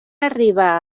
arribar